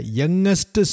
youngest